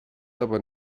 aber